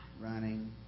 running